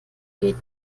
geht